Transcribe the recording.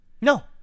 No